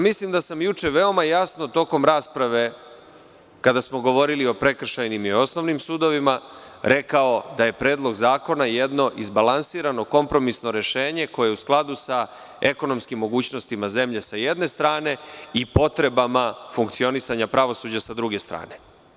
Mislim da sam juče veoma jasno, tokom rasprave, kada smo govorili o prekršajnim i osnovnim sudovima reka da je Predlog zakona jedno izbalansirano kompromisno rešenje koje je u skladu sa ekonomskim mogućnostima zemlje sa jedne strane, i potrebama funkcionisanja pravosuđa sa druge strane.